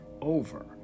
Over